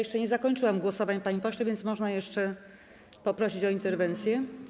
Jeszcze nie zakończyłam głosowań, panie pośle, więc można jeszcze poprosić o interwencję.